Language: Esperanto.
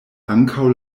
ankaŭ